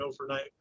overnight